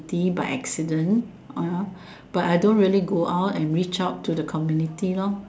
community by accident but I don't really go out and reach out to the community lah